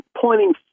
pointing